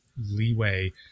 leeway